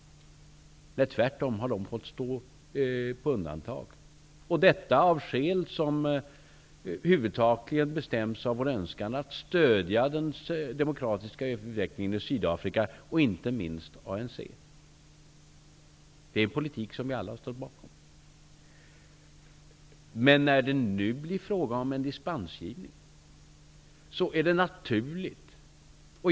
Sysselsättningsaspekterna har tvärtom fått stå på undantag. Skälen är huvudsakligen vår önskan att stödja den demokratiska utvecklingen i Sydafrika, inte minst ANC. Det är en politik som vi alla står bakom. När det nu blir fråga om en dispensgivning är det här naturligt.